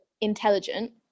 intelligent